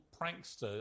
prankster